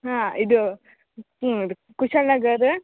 ಹಾಂ ಇದು ಹ್ಞೂ ರೀ ಕುಶಾಲ ನಗರ